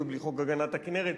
ובלי חוק הגנת הכינרת.